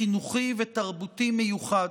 חינוכי ותרבותי מיוחד,